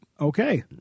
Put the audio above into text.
Okay